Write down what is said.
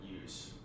use